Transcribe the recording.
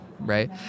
Right